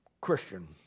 Christian